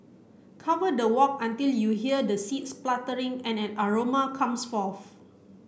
cover the wok until you hear the seed spluttering and aroma comes forth